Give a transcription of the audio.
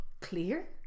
clear